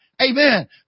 Amen